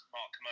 Mark